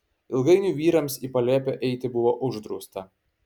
ilgainiui vyrams į palėpę eiti buvo uždrausta